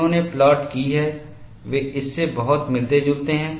उन्होंने प्लाट की है वे इस से बहुत मिलते जुलते हैं